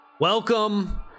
Welcome